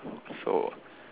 so